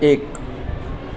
એક